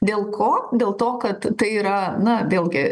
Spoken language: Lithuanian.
dėl ko dėl to kad tai yra na vėlgi